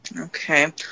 Okay